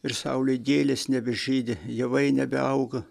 ir saulė gėlės nebežydi javai nebeauga